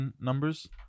numbers